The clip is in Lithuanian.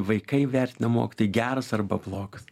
vaikai vertina mokytoją geras arba blogas